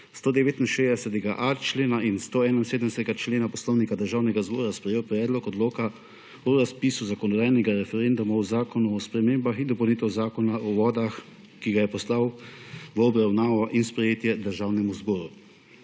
169.a člena in 171. člena Poslovnika Državnega zbora sprejel Predlog odloka o razpisu zakonodajnega referenduma o Zakonu o spremembah in dopolnitvah Zakona o vodah, ki ga je v obravnavo in sprejetje posredoval Državnemu zboru.